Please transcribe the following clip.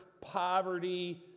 poverty